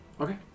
Okay